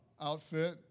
outfit